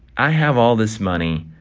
i have all this money,